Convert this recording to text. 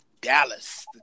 Dallas